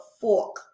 fork